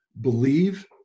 Believe